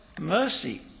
mercy